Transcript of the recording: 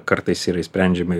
kartais yra išsprendžiami